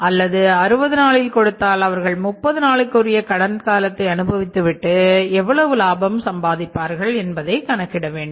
அல்லது 60 நாட்களில் கொடுத்தால் அவர்கள் 30 நாட்களுக்கு உரிய கடன் காலத்தை அனுபவித்துவிட்டு எவ்வளவு லாபம் சம்பாதிப்பார்கள் என்பதை கணக்கிட வேண்டும்